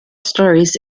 stories